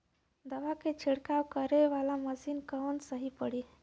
दवा के छिड़काव करे वाला मशीन कवन सही पड़ी?